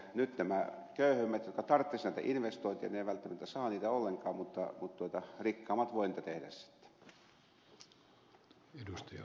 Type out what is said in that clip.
nyt nämä köyhemmät jotka tarvitsisivat näitä investointeja eivät välttämättä saa niitä ollenkaan mutta rikkaammat voivat niitä tehdä sitten